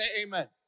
amen